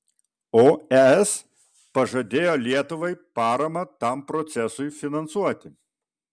o es pažadėjo lietuvai paramą tam procesui finansuoti